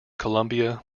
columbia